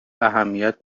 اهمیت